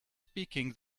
speaking